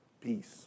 Peace